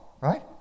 right